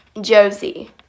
josie